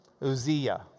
Uzziah